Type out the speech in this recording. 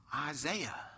Isaiah